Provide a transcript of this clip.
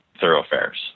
thoroughfares